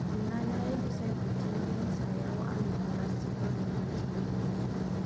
अन्नानै बिसायख'थिनि सायाव आंनो गासिबो फोरमायथि हो